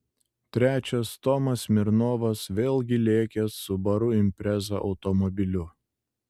trečias tomas smirnovas vėlgi lėkęs subaru impreza automobiliu